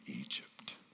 Egypt